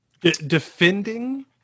Defending